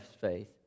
faith